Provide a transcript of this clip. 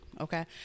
Okay